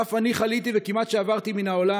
אף אני חליתי וכמעט שעברתי מן העולם,